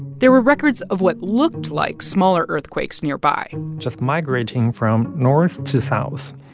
there were records of what looked like smaller earthquakes nearby just migrating from north to south.